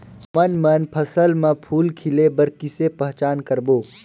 हमन मन फसल म फूल खिले बर किसे पहचान करबो?